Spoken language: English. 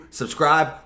subscribe